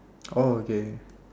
oh okay